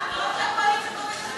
זה דבר טוב שהקואליציה תומכת פרסונלית?